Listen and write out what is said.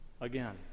Again